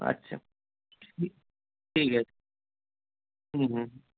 আচ্ছা ঠিক ঠিক আছে হুম হুম হুম